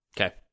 Okay